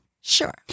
Sure